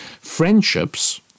Friendships